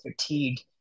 fatigued